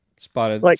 Spotted